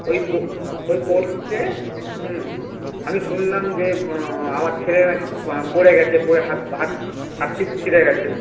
ওই ওই স্পোর্টসে হুম আমি শুনলাম যে আমার ছেলে নাকি পড়ে গেছে পড়ে হাত পা ছিলে গেছে